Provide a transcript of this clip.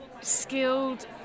skilled